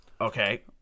Okay